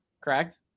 Correct